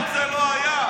מעולם זה לא היה.